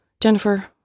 Jennifer